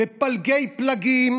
ופלגי-פלגים